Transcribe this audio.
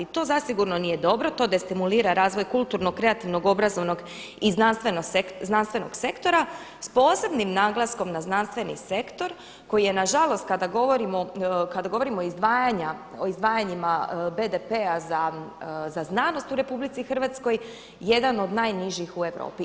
To zasigurno nije dobro, to destimulira razvoj kulturnog, kreativnog, obrazovnog i znanstvenog sektora s posebnim naglaskom na znanstveni sektor koji je nažalost kada govorimo o izdvajanjima BDP-a za znanost u RH jedan od najnižih u Europi.